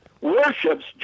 worships